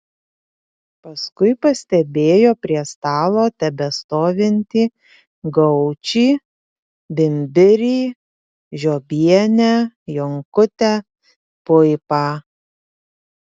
paskui pastebėjo prie stalo tebestovintį gaučį bimbirį žiobienę jonkutę puipą